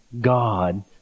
God